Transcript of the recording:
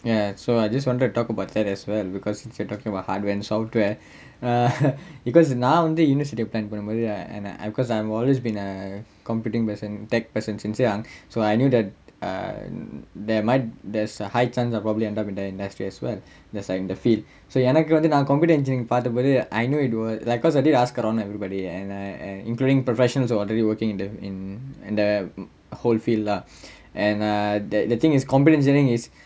ya so I just wanted to talk about that as well because you keep talking about hardware and software uh because நா வந்து:naa vanthu university plan பண்ணும் போது:pannum pothu uh and I I because I'm always been a computing with a technology person since young so I knew that uh they're my there's a high chance I'd probably end up in that industrious as well in the field so எனக்கு வந்து நா:enakku vanthu naa computer engineering பாத்த போது:paatha pothu I know I don't want because I asked around everybody and I and I including professionals who are already working in the in the whole field lah and uh that computer engineering is uh